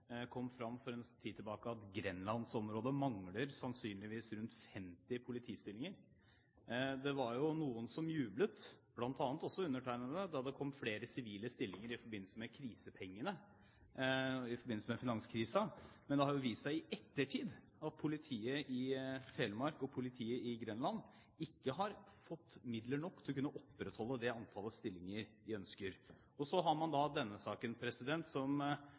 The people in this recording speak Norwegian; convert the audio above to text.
kom fram for en tid tilbake at grenlandsområdet sannsynligvis mangler 50 politistillinger. Det var jo noen som jublet, bl.a. undertegnede, da det kom flere sivile stillinger i forbindelse med krisepengene i forbindelse med finanskrisen. Men det har jo vist seg i ettertid at politiet i Telemark og politiet i Grenland ikke har fått midler nok til å kunne opprettholde det antallet stillinger de ønsker. Så har man denne saken, som